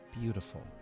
beautiful